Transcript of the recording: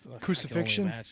crucifixion